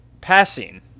passing